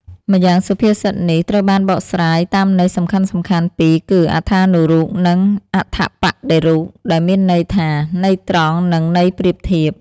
ម្យ៉ាងសុភាសិតនេះ ត្រូវបានបកស្រាយតាមន័យសំខាន់ៗពីរគឺ អត្ថានុរូប និង អត្ថប្បដិរូប ដែលមានន័យថា ន័យត្រង់និងន័យប្រៀបធៀប។